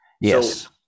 yes